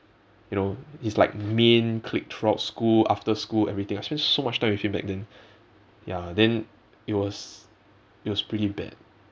you know his like main clique throughout school after school everything I spent so much time with him back then ya then it was it was pretty bad